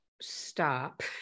stop